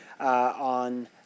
on